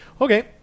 Okay